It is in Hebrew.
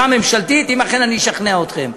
בתמיכה ממשלתית, אם אכן אני אשכנע אתכם.